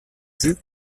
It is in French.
vus